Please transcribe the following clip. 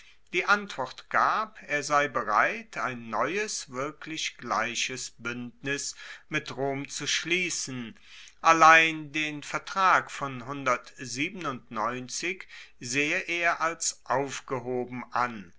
die antwort gab er sei bereit ein neues wirklich gleiches buendnis mit rom zu schliessen allein den vertrag von sehe er als aufgehoben an